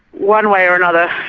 one way or another,